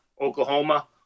Oklahoma